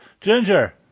Ginger